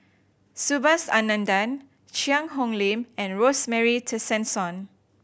Subhas Anandan Cheang Hong Lim and Rosemary Tessensohn